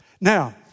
Now